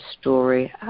story